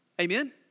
Amen